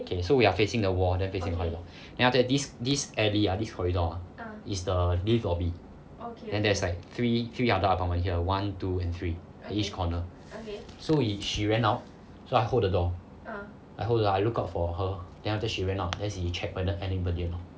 okay so we are facing the wall then facing the corridor then after that this this alley ah this corridor ah is the lift lobby then there's like three three other apartment here one two and three each corner so we she ran out so I hold the door I hold the door I look out for her then after that she ran out then she check whether anybody or not